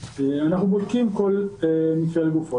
אנחנו בודקים כל מקרה לגופו.